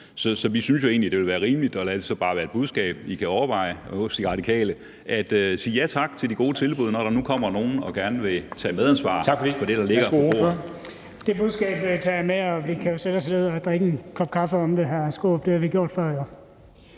Så vi synes jo egentlig, det ville være rimeligt – og lad det så bare være et budskab, I kan overveje hos De Radikale – at sige ja tak til det gode tilbud, når der nu kommer nogen og gerne vil tage medansvar for det, der ligger på bordet. Kl. 13:28 Formanden (Henrik Dam Kristensen): Tak for det. Værsgo til ordføreren. Kl.